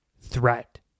threat